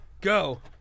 go